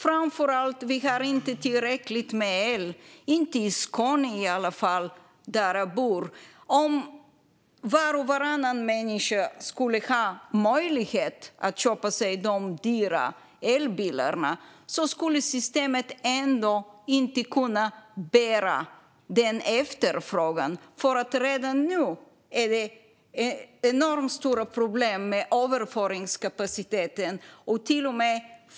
Framför allt har vi inte tillräckligt med el, i alla fall inte i Skåne där jag bor. Om var och varannan människa skulle ha möjlighet att köpa sig en av de dyra elbilarna skulle systemet ändå inte kunna bära efterfrågan. Redan nu är det nämligen enormt stora problem med överföringskapaciteten.